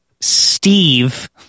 Steve